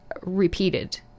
repeated